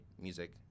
music